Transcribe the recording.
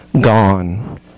Gone